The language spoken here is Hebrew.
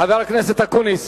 חבר הכנסת אקוניס,